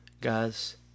Guys